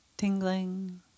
tingling